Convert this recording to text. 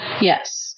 yes